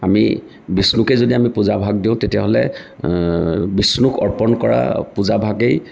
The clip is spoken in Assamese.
আমি বিষ্ণুকে যদি আমি পূজাভাগ দিওঁ তেতিয়াহ'লে বিষ্ণুক অৰ্পণ কৰা পূজাভাগেই